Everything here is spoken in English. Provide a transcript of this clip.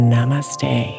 Namaste